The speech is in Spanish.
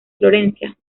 florencia